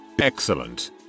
Excellent